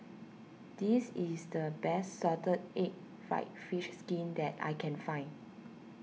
this is the best Salted Egg Fried Fish Skin that I can find